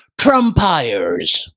trumpires